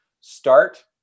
start